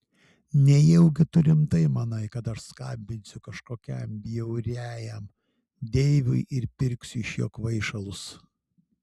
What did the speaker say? nejaugi tu rimtai manai kad aš skambinsiu kažkokiam bjauriajam deivui ir pirksiu iš jo kvaišalus